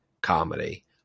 comedy